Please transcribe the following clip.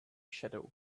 shadow